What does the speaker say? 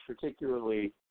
particularly